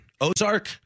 Ozark